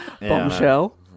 Bombshell